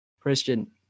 christian